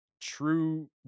true